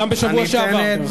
גם בשבוע שעבר.